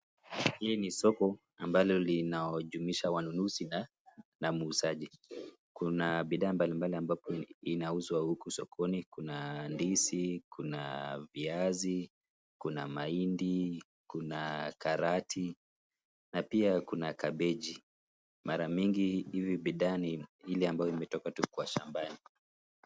Hili ni soko ambalo linalaojumuisha wanunuzi na wauzaji. Kuna bidhaa mbalimbali ambapo inauzwa huku sokoni. Kuna ndizi, kuna viazi, kuna mahindi, kuna karati na pia kuna kabeji. Mara mingi hivi bidhaa ni ile ambayo imetoka tu kwa shambani.